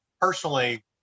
personally